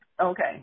Okay